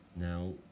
Now